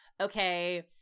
okay